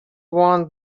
want